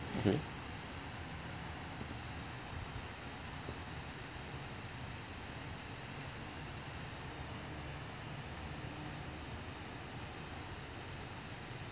okay